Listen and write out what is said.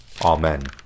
Amen